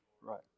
Right